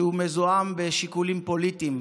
שהוא מזוהם בשיקולים פוליטיים.